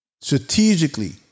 strategically